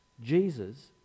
Jesus